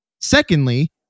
Secondly